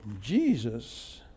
Jesus